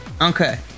Okay